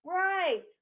right